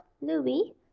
louis